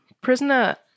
prisoner